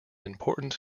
important